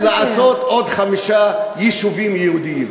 ולעשות עוד חמישה יישובים יהודיים.